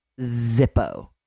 Zippo